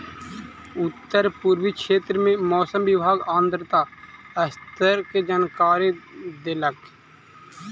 उत्तर पूर्वी क्षेत्र में मौसम विभाग आर्द्रता स्तर के जानकारी देलक